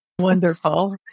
Wonderful